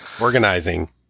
Organizing